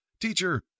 Teacher